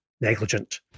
negligent